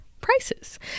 prices